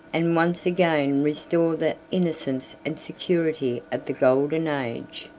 and once again restore the innocence and security of the golden age.